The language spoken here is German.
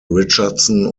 richardson